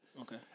Okay